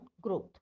growth